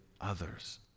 others